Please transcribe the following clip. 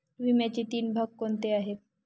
विम्याचे तीन भाग कोणते आहेत?